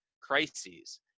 crises